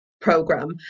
program